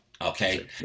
okay